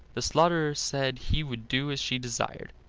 the slaughterer said he would do as she desired,